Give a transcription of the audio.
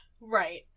Right